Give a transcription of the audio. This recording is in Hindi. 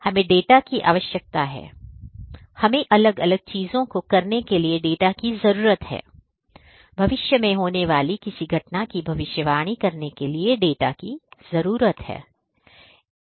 हमें डेटा की आवश्यकता है हमें अलग अलग चीजों को करने के लिए डेटा की जरूरत होती है भविष्य में होने वाली किसी घटना की भविष्यवाणी करने के लिए डेटा की जरूरत होती है